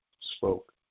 spoke